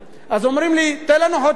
אומרים לי: תן לנו חודשיים.